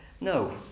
no